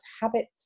habits